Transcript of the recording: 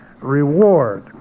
reward